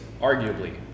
arguably